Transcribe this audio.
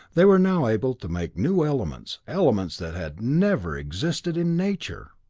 they were now able to make new elements, elements that had never existed in nature!